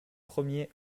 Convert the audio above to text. premiers